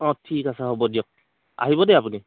অ' ঠিক আছে হ'ব দিয়ক আহিব দেই আপুনি